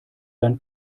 dann